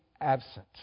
absent